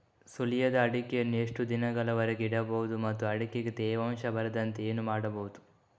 ಸುಲಿಯದ ಅಡಿಕೆಯನ್ನು ಎಷ್ಟು ದಿನಗಳವರೆಗೆ ಇಡಬಹುದು ಮತ್ತು ಅಡಿಕೆಗೆ ತೇವಾಂಶ ಬರದಂತೆ ಏನು ಮಾಡಬಹುದು?